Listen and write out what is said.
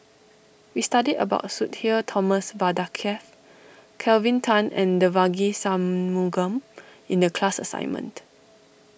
we studied about Sudhir Thomas Vadaketh Kelvin Tan and Devagi Sanmugam in the class assignment